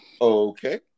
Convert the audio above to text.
Okay